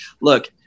look